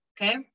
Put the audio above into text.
okay